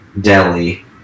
Delhi